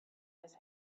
his